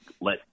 Let